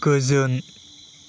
गोजोन